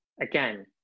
Again